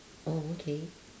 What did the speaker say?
oh okay